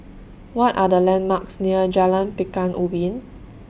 What Are The landmarks near Jalan Pekan Ubin